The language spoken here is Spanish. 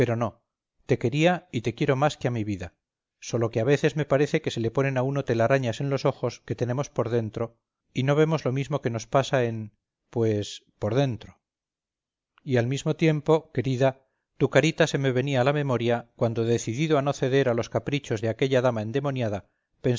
no te quería y te quiero más que a mi vida sólo que a veces parece que se le ponen a uno telarañas en los ojos que tenemos por dentro y no vemos lo mismo que nos pasa en pues por dentro y al mismo tiempo querida tu carita se me venia a la memoria cuando decidido a no ceder a los caprichos de aquella dama endemoniada